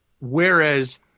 whereas